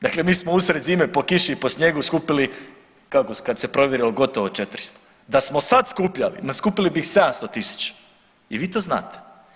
Dakle, mi smo usred zime po kiši i po snijegu skupili kad se provjerilo gotovo 400, da smo sad skupljali ma skupili bi ih 700.000 i vi to znate.